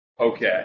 Okay